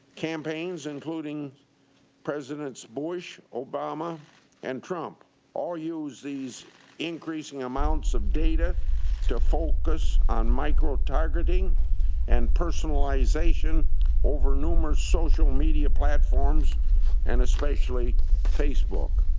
campaigns, including president bush, obama and trump all used these increasing amounts of data to focus on micro-targeting and personalization over social media platforms and especially facebook.